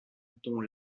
dont